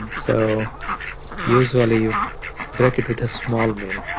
and so usually, you break it with a small meal.